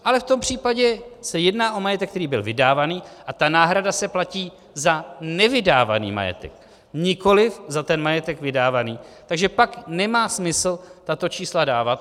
Ale v tom případě se jedná o majetek, který byl vydávaný, a ta náhrada se platí za nevydávaný majetek, nikoliv za majetek vydávaný, takže pak nemá smysl tato čísla dávat.